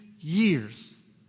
years